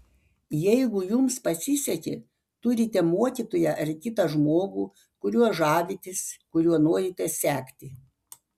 jeigu jums pasisekė turite mokytoją ar kitą žmogų kuriuo žavitės kuriuo norite sekti